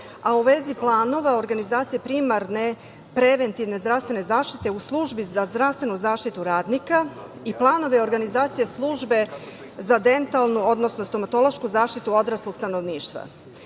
a u vezi planova organizacije primarne preventivne zdravstvene zaštite u službi za zdravstvenu zaštitu radnika i planovi organizacije službe za dentalnu, odnosno stomatološku zaštitu odraslog stanovništva. Naime,